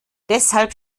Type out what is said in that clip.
deshalb